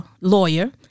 lawyer